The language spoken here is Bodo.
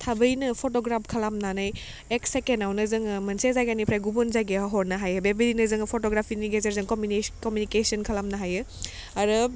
थाबैनो फट'ग्राफ खालामनानै एक सेकेण्डआवनो जोङो मोनसे जायगानिफ्राय गुबुन जायगायाव हरनो हायो बे बायदिनो जोङो फट'ग्राफिनि गेजेरजों कमिउनिकेशन खालामनो हायो आरो